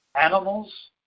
Animals